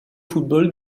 football